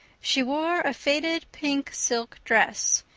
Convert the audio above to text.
she wore a faded pink silk dress,